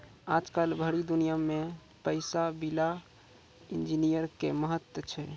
आजकल भरी दुनिया मे पैसा विला इन्जीनियर के महत्व छै